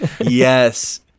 yes